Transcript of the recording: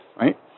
right